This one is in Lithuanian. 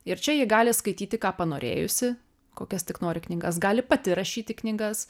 ir čia ji gali skaityti ką panorėjusi kokias tik nori knygas gali pati rašyti knygas